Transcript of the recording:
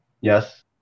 Yes